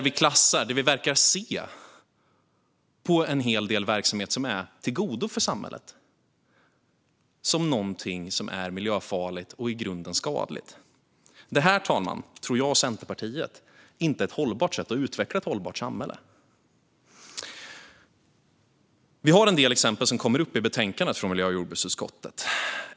Vi verkar se på en hel del verksamhet som är till gagn för samhället som någonting som är miljöfarligt och i grunden skadligt. Det tror inte jag och Centerpartiet är ett hållbart sätt att utveckla ett hållbart samhälle, fru talman. Det finns en del exempel i betänkandet från miljö och jordbruksutskottet.